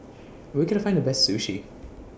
Where Can I Find The Best Sushi